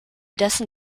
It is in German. dessen